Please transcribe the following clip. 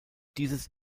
dieses